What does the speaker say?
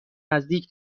نزدیک